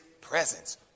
presence